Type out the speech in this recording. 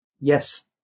Yes